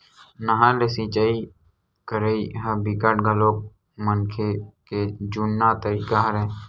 नहर ले सिचई करई ह बिकट घलोक मनखे के जुन्ना तरीका हरय